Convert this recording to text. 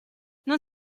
non